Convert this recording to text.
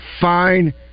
fine